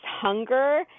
hunger